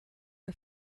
are